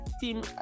team